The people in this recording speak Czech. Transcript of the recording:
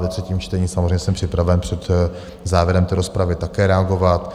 Ve třetím čtení samozřejmě jsem připraven před závěrem rozpravy také reagovat.